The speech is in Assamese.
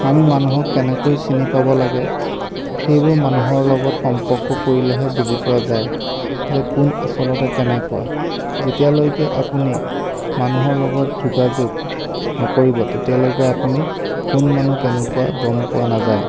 আমি মানুহক কেনেকৈ চিনি পাব লাগে সেইবোৰ মানুহৰ লগত সম্পৰ্ক কৰিলেহে বুজি পোৱা যায় যে কোন আচলতে কেনেকুৱা যেতিয়ালৈকে আপুনি মানুহৰ লগত যোগাযোগ নকৰিব তেতিয়ালৈকে আপুনি কোন মানুহ কেনেকুৱা গম পোৱা নাযায়